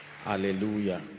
Hallelujah